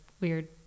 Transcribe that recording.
weird